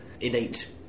innate